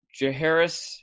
jaharis